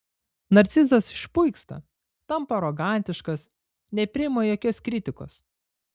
narcizas išpuiksta tampa arogantiškas nepriima jokios kritikos